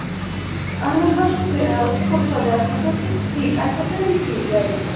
اَہَن حظ بَس شُکر شُکُر خۄدایَس کُن تُہۍ چھُو ٹھیٖک اَتہِ چھا سٲری ٹھیٖک گَرِکۍ